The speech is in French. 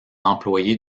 employé